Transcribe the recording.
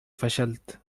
فشلت